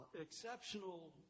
exceptional